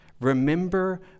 Remember